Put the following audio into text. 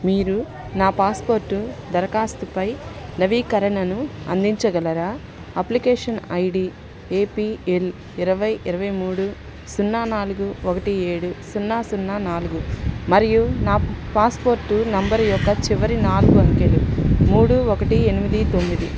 మీరు నా పాస్పోర్టు దరఖాస్తుపై నవీకరణను అందించగలరా అప్లికేషన్ ఐడి ఏపిఎల్ ఇరవై ఇరవై మూడు సున్నా నాలుగు ఒకటి ఏడు సున్నా సున్నా నాలుగు మరియు నా పాస్పోర్టు నంబర్ యొక్క చివరి నాలుగు అంకెలు మూడు ఒకటి ఎనిమిది తొమ్మిది